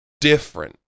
different